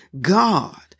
God